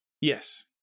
Yes